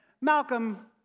Malcolm